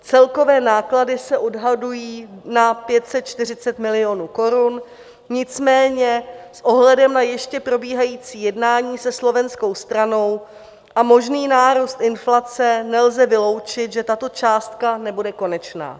Celkové náklady se odhadují na 540 milionů korun, nicméně s ohledem na ještě probíhající jednání se slovenskou stranou a možný nárůst inflace nelze vyloučit, že tato částka nebude konečná.